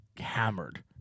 Hammered